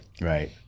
Right